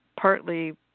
partly